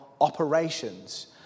operations